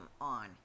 on